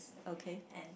and